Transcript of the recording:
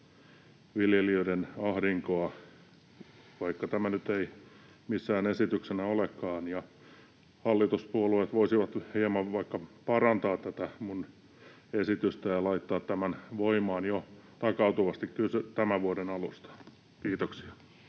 viljelijöiden ahdinkoa, vaikka tämä nyt ei missään esityksenä olekaan. Hallituspuolueet voisivat hieman vaikka parantaa tätä minun esitystäni ja laittaa tämän voimaan takautuvasti jo tämän vuoden alusta. — Kiitoksia.